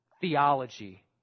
theology